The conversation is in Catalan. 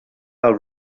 del